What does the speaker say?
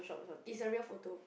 it's a real photo